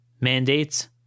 mandates